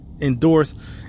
endorse